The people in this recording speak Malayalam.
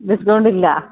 ഡിസ്കൗണ്ട് ഇല്ല